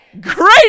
Great